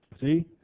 See